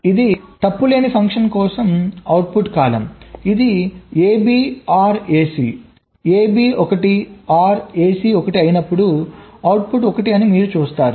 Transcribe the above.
ఇది తప్పు లేని ఫంక్షన్ కోసం అవుట్పుట్ కాలమ్ ఇది ab OR ac ab 1 OR ac 1 అయినప్పుడు అవుట్పుట్ 1 అని మీరు చూస్తారు